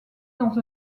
dans